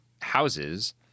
houses